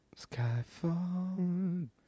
Skyfall